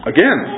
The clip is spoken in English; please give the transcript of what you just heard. Again